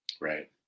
Right